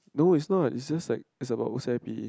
no it's not it was just like is about whose I_P